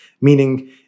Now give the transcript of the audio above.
Meaning